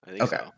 Okay